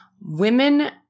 Women